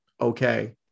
okay